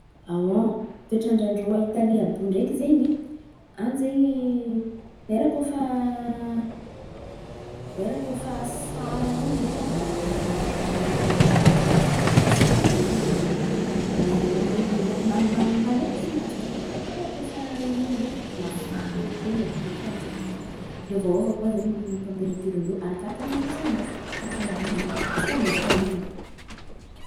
toetrandrandrô a Italy àby iô ndreky zen̈y, any zen̈y lera koa fa lera koa fa asara in̈y zen̈y an̈y, asara zen̈y ma- lera in̈y zen̈y ma- ma- malen̈y fo latsaka. Lera koa fa ririn̈iny ndreky mafana bòka iô maikimaiky raha jiaby. Miôvaôva koa zen̈y tamperatirandrô arakaraka tan̈y misy anao. Karakarahà zen̈y zen̈y an̈y. Misy lanezy koa zen̈y amindrô an̈y.